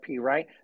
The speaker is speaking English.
right